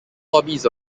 hobbies